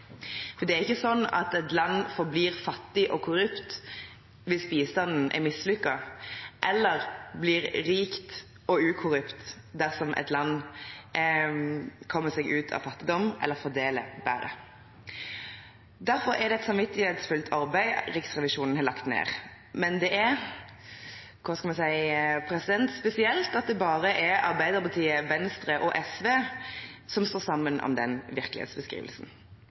er ikke sånn at et land forblir fattig og korrupt hvis bistanden er mislykket, eller at det blir rikt og ukorrupt dersom det kommer seg ut av fattigdom eller fordeler bedre. Derfor er det et samvittighetsfullt arbeid Riksrevisjonen har lagt ned. Men det er – hva skal vi si – spesielt at det bare er Arbeiderpartiet, Venstre og SV som står sammen om den virkelighetsbeskrivelsen